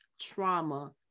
trauma